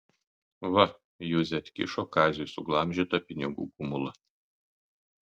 va juzė atkišo kaziui suglamžytą pinigų gumulą